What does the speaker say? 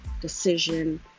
decision